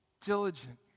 diligent